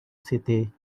city